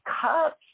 cups